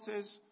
says